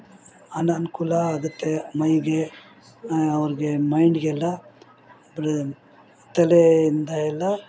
ಅನಾನುಕೂಲ ಆಗುತ್ತೆ ಮೈಗೆ ಅವ್ರಿಗೆ ಮೈಂಡ್ಗೆಲ್ಲ ತಲೆಯಿಂದ ಎಲ್ಲ